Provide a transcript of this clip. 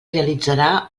realitzarà